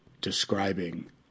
describing